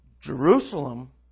Jerusalem